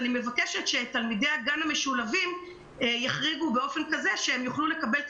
אני מבקשת שאת ילדי הגן המשולבים יחריגו באופן כזה שהם יוכלו לקבל את